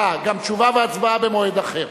אה, גם תשובה והצבעה במועד אחר.